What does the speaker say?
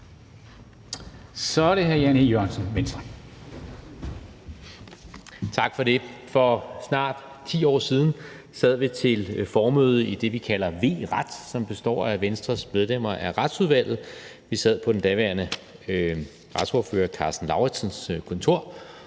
(Ordfører) Jan E. Jørgensen (V): Tak for det. For snart ti år siden sad vi til formøde i det, vi kalder V-Ret, som består af Venstres medlemmer af Retsudvalget. Vi sad på den daværende retsordfører Karsten Lauritzens kontor